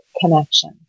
connection